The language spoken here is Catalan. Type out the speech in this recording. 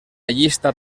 llista